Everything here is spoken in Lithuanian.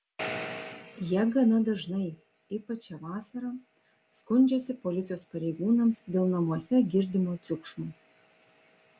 jie gana dažnai ypač šią vasarą skundžiasi policijos pareigūnams dėl namuose girdimo triukšmo